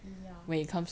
ya